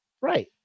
Right